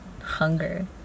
hunger